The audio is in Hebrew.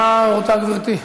מה רוצה גברתי?